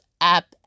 app